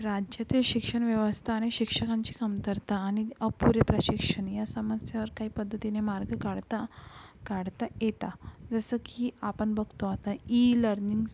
राज्यातील शिक्षणव्यवस्था आणि शिक्षकांची कमतरता आणि अपुरे प्रशिक्षण या समस्यांवर काही पद्धतीने मार्ग काढता काढता येतो जसं की आपण बघतो आता ई लर्निंग